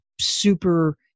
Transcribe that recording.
super